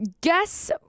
Guess